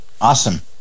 Awesome